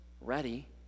ready